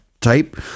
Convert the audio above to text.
type